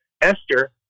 Esther